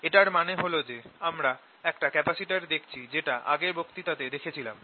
এটার মানে হল যে আমি একটা ক্যাপাসিটর দেখছি যেটা আগের বক্তৃতাতে দেখেছিলাম